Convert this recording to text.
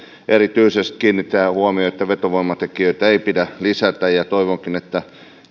erityisesti kiinnitetään huomiota siihen että vetovoimatekijöitä ei pidä lisätä toivonkin että